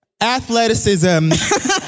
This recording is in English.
athleticism